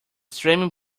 streaming